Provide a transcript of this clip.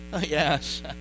Yes